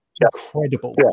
incredible